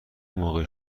موقع